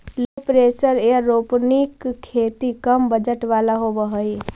लो pressure aeroponic खेती कम budget वाला होव हई